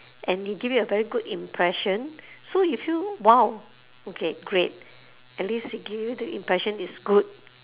and he give you a very good impression so you feel !wow! okay great at least he give you the impression is good